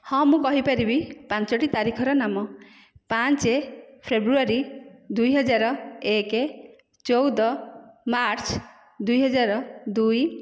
ହଁ ମୁଁ କହିପାରିବି ପାଞ୍ଚୋଟି ତାରିଖର ନାମ ପାଞ୍ଚ ଫେବୃଆରୀ ଦୁଇ ହଜାର ଏକେ ଚଉଦ ମାର୍ଚ୍ଚ ଦୁଇହଜାର ଦୁଇ